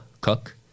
cook